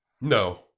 No